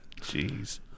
Jeez